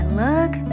look